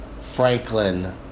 Franklin